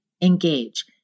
engage